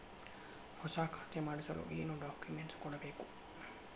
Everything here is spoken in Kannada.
ಹೊಸ ಖಾತೆ ಮಾಡಿಸಲು ಏನು ಡಾಕುಮೆಂಟ್ಸ್ ಕೊಡಬೇಕು?